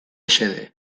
xede